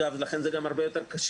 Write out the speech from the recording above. לכן זה גם יותר קשה.